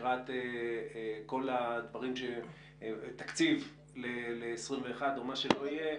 לקראת תקציב ל-2021 או מה שלא יהיה: